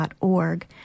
org